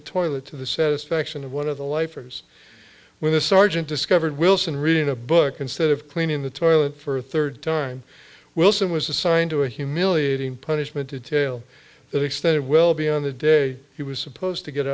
the toilet to the satisfaction of one of the lifers when the sergeant discovered wilson reading a book instead of cleaning the toilet for a third time wilson was assigned to a humiliating punishment detail that extended well be on the day he was supposed to get